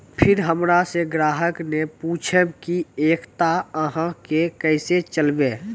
फिर हमारा से ग्राहक ने पुछेब की एकता अहाँ के केसे चलबै?